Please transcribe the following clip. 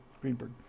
greenberg